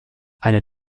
eine